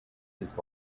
his